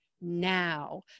now